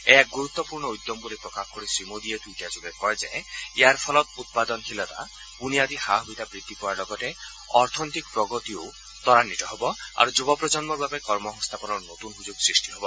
এয়া এক গুৰুত্বপূৰ্ণ উদ্যম বুলি প্ৰকাশ কৰি শ্ৰীমোডীয়ে টুইটাৰযোগে কয় যে ইয়াৰ ফলত উৎপাদনশীলতা বুনিয়াদী সা সুবিধা বৃদ্ধি পোৱাৰ লগতে অৰ্থনৈতিক প্ৰগতিয়ো তৰান্বিত হ'ব আৰু যুৱ প্ৰজন্মৰ বাবে কৰ্মসংস্থাপনৰ নতুন সুযোগ সৃষ্টি হ'ব